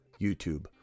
YouTube